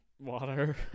water